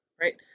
right